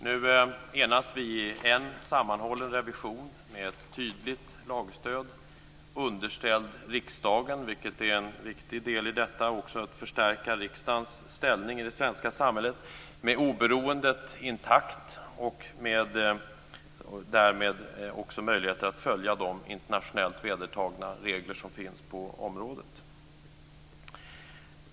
Nu enas vi om en sammanhållen revision, med ett tydligt lagstöd, underställd riksdagen - det är en viktig del i detta att förstärka riksdagens ställning i det svenska samhället - med oberoendet intakt och därmed också möjligheter att följa de internationellt vedertagna regler som finns på området.